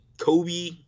Kobe